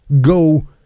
go